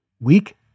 Weak